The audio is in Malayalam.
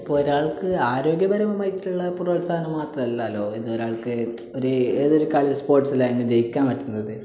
ഇപ്പോൾ ഒരാൾക്ക് ആരോഗ്യപരവുമായിട്ടുള്ള പ്രോത്സാഹനം മാത്രമല്ലല്ലോ ഇതൊരാൾക്ക് ഒരു ഏതൊരു കളി സ്പോർട്സിലാണെങ്കിലും ജയിക്കാൻ പറ്റുന്നത്